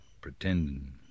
pretending